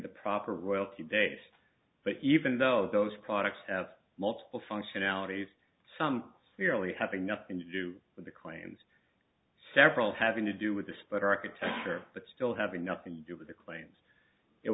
the proper royalty days but even though those products have multiple functionalities some clearly having nothing to do with the claims several having to do with this but architecture but still having nothing to do with the claims it